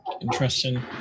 Interesting